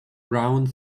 rounds